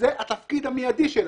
זה התפקיד המיידי שלה,